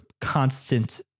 constant